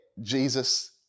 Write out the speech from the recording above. Jesus